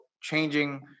changing